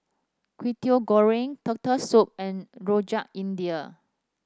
Kwetiau Goreng Turtle Soup and Rojak India